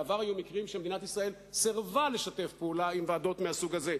בעבר היו מקרים שבהם מדינת ישראל סירבה לשתף פעולה עם ועדות מהסוג הזה,